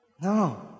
No